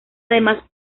además